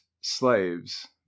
slaves